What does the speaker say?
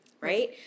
right